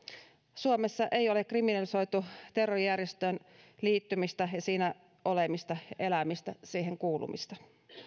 suomessa ei ole kriminalisoitu terrorijärjestöön liittymistä ja siinä olemista elämistä siihen kuulumista